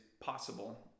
possible